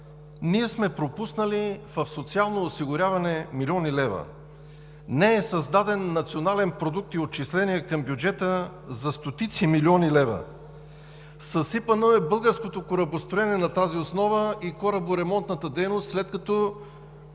Ние сме пропуснали милиони лева в социалното осигуряване, не е създаден национален продукт и отчисление към бюджета за стотици милиони лева, съсипано е българското корабостроене, на тази основа и кораборемонтната дейност, след като